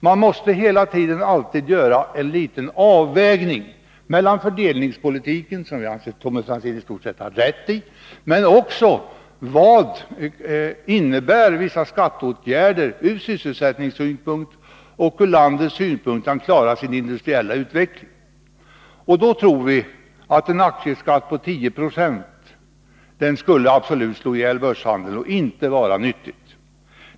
Man måste hela tiden göra en avvägning mellan fördelningspolitiken — där anser jag att Tommy Franzén i stort sett har rätt — och vad vissa skatteåtgärder innebär ur sysselsättningssynpunkt och ur den synpunkten att landet måste klara sin industriella utveckling. Då tror vi att en aktieskatt på 10 90 skulle absolut slå ihjäl börshandeln och inte vara nyttig.